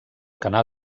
canal